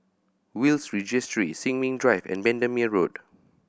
Will's Registry Sin Ming Drive and Bendemeer Road